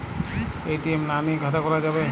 ATM না নিয়ে খাতা খোলা যাবে?